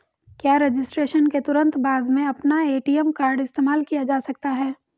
क्या रजिस्ट्रेशन के तुरंत बाद में अपना ए.टी.एम कार्ड इस्तेमाल किया जा सकता है?